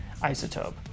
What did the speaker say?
isotope